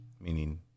meaning